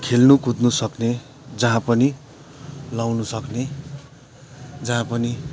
खेल्नु कुद्नु सक्ने जहाँ पनि लाउनु सक्ने जहाँ पनि